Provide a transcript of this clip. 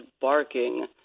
barking